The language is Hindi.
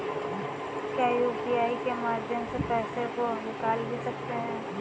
क्या यू.पी.आई के माध्यम से पैसे को निकाल भी सकते हैं?